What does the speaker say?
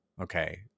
Okay